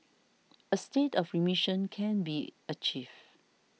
a state of remission can be achieved